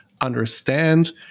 understand